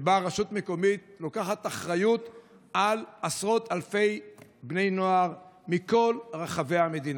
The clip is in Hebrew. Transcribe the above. שבה רשות מקומית לוקחת אחריות על עשרות אלפי בני נוער מכל רחבי המדינה.